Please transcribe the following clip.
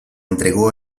entregó